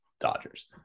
Dodgers